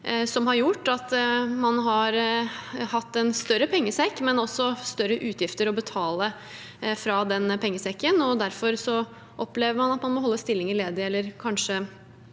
der hjemme. Man har hatt en større pengesekk, men også større utgifter å betale fra den pengesekken. Derfor opplever man at man må holde stillinger ledige